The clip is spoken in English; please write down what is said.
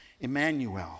Emmanuel